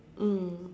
mm